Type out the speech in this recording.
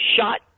shot